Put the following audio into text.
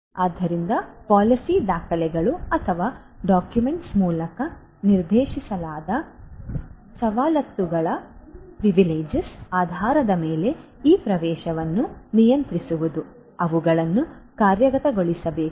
ಆದ್ದರಿಂದ ಪಾಲಿಸಿ ದಾಖಲೆಗಳ ಮೂಲಕ ನಿರ್ದೇಶಿಸಲಾದ ಸವಲತ್ತುಗಳ ಆಧಾರದ ಮೇಲೆ ಈ ಪ್ರವೇಶವನ್ನು ನಿಯಂತ್ರಿಸುವುದು ಅವುಗಳನ್ನು ಕಾರ್ಯಗತಗೊಳಿಸಬೇಕು